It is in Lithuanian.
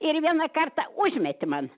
ir vieną kartą užmetė man